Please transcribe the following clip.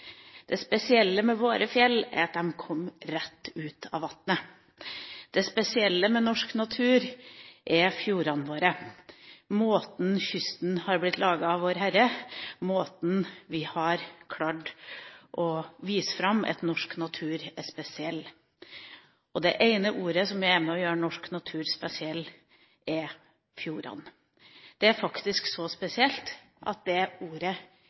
Det spesielle med våre fjell er at de kommer rett opp av vannet. Det spesielle med norsk natur er fjordene våre, på måten kysten har blitt laget av Vårherre, og på måten vi har klart å vise fram at norsk natur er spesiell. Det ene ordet som er med på å gjøre norsk natur spesiell, er «fjordene». Det er faktisk så spesielt at dette ordet er det internasjonale ordet,